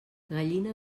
gallina